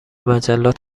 مجلات